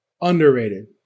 underrated